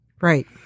Right